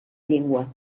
llengua